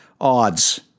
odds